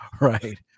Right